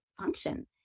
function